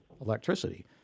electricity